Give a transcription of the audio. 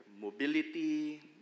mobility